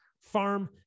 Farm